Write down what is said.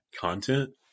content